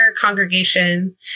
congregation